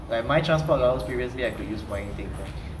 like my transport experience you have to use for anything sia